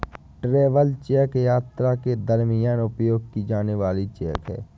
travel cheque यात्रा के दरमियान उपयोग की जाने वाली चेक है